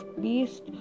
beast